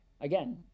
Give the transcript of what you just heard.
again